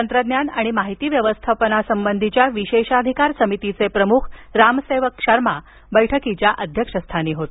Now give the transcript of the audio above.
तंत्रज्ञान आणि माहिती व्यवस्थापना संबंधीच्या विशेषाधिकार समितीचे प्रमुख राम सेवक शर्मा बैठकीच्या अध्यक्षस्थानी होते